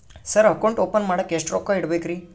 Sir account open ಮಾಡಾಕ ಎಷ್ಟು ರೊಕ್ಕ ಇಡಬೇಕ್ರಿ?